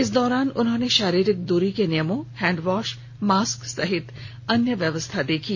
इस दौरान उन्होंने शारीरिक दूरी के नियमों हैंडवॉश मास्क सहित अन्य व्यवस्था देखी